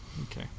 okay